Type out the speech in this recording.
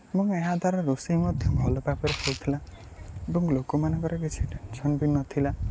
ଏବଂ ଏହା ଦ୍ୱାରା ରୋଷେଇ ମଧ୍ୟ ଭଲ ଭାବରେ ହୋଇଥିଲା ଏବଂ ଲୋକମାନଙ୍କର କିଛି ଟେନ୍ସନ୍ ବି ନଥିଲା